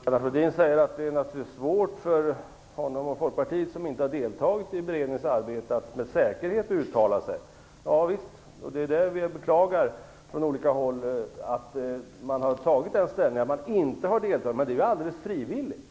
Fru talman! Lennart Rohdin säger att det naturligtvis är svårt för honom och för Folkpartiet som inte har deltagit i beredningens arbete att med säkerhet uttala sig. Jo visst, men vi beklagar från olika håll att man har tagit den ställningen att man inte har deltagit. Det är helt frivilligt.